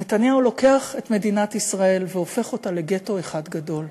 נתניהו לוקח את מדינת ישראל והופך אותה לגטו אחד גדול,